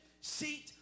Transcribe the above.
seat